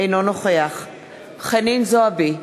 אינו נוכח חנין זועבי,